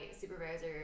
supervisor